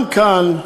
גם כאן,